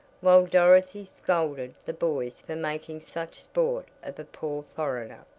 while dorothy scolded the boys for making such sport of a poor foreigner.